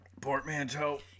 Portmanteau